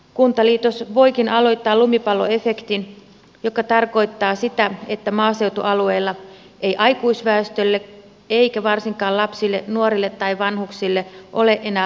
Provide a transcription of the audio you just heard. kuntaliitos voikin aloittaa lumipalloefektin joka tarkoittaa sitä että maaseutualueilla ei aikuisväestölle eikä varsinkaan lapsille nuorille tai vanhuksille ole enää harrastetiloja